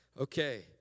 Okay